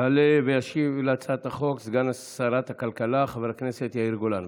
יעלה וישיב על הצעת החוק סגן שרת הכלכלה חבר הכנסת יאיר גולן.